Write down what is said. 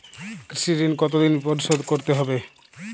কৃষি ঋণ কতোদিনে পরিশোধ করতে হবে?